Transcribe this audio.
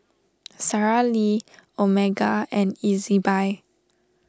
Sara Lee Omega and Ezbuy